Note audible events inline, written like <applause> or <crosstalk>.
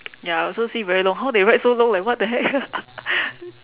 ya I also see very long how they write so long like what the heck <laughs>